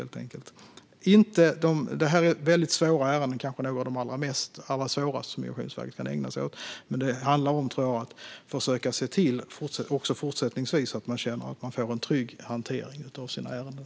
Det här är väldigt svåra ärenden. De hör kanske till de allra svåraste som Migrationsverket kan ägna sig åt. Men det handlar om att försöka se till att man också fortsättningsvis känner att man får en trygg hantering av sina ärenden.